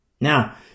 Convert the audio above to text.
Now